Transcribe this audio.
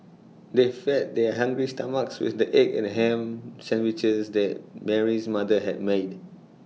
they fed their hungry stomachs with the egg and Ham Sandwiches that Mary's mother had made